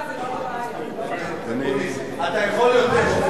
זה לא רמה.